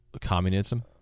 communism